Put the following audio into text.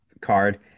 card